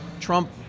Trump